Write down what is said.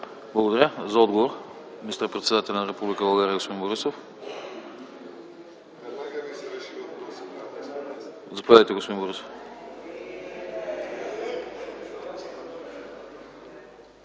Благодаря. За отговор министър-председателят на Република България господин Борисов. Заповядайте, господин Борисов.